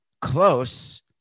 close